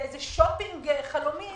שופינג חלומי